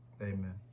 amen